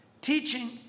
teaching